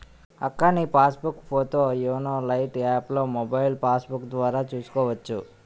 అక్కా నీ passbook photo YONO lite యాప్లో మొబైల్ పాస్బుక్కు ద్వారా చూసుకోవచ్చు